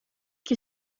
qui